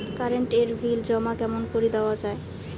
Current এর bill জমা কেমন করি দেওয়া যায়?